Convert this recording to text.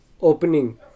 opening